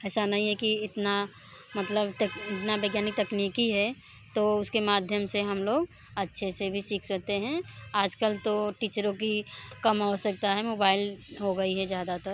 ऐसा नहीं है कि इतना मतलब तेक इतना वैज्ञानिक तकनीकी है तो उसके माध्यम से हम लोग अच्छे से भी सीख सकते हैं आजकल तो टीचरों की कम आवश्यकता है मोबाइल हो गई है ज़्यादातर